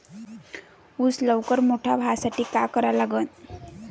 ऊस लवकर मोठा व्हासाठी का करा लागन?